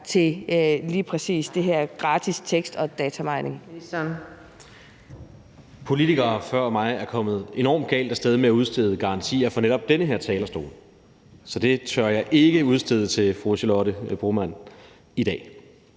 Kulturministeren (Jakob Engel-Schmidt): Politikere før mig er kommet enormt galt af sted med at udstede garantier fra netop den her talerstol. Så det tør jeg ikke udstede til fru Charlotte Broman Mølbæk